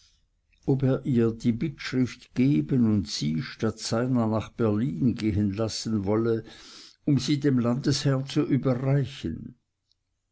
ob er ihr die bittschrift geben und sie statt seiner nach berlin gehen lassen wolle um sie dem landesherrn zu überreichen